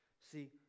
See